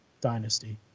dynasty